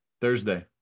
Thursday